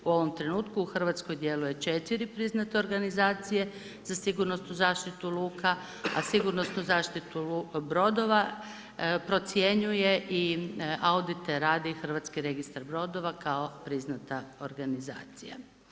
U ovom trenutku u Hrvatskoj djeluje 4 priznate organizacije za sigurnosnu zaštitu luka a sigurnosnu zaštitu brodova procjenjuje i audite radi Hrvatski registar brodova kao priznata organizacija.